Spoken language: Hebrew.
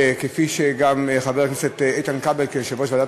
כפי שגם חבר הכנסת איתן כבל כיושב-ראש ועדת